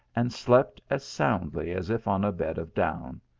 and slept as soundly as if on a bed of down.